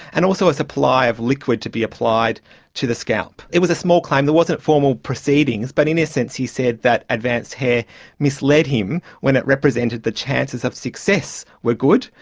and also a supply of liquid to be applied to the scalp. it was a small claim, there wasn't formal proceedings, but in a a sense he said that advanced hair misled him when it represented the chances of success were good.